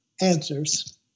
answers